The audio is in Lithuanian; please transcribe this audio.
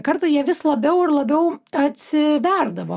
kartą jie vis labiau ir labiau atsiverdavo